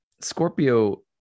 Scorpio